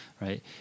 right